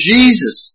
Jesus